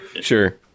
Sure